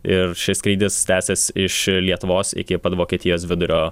ir šis skrydis tęsis iš lietuvos iki pat vokietijos vidurio